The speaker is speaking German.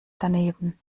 daneben